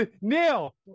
Neil